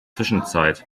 zwischenzeit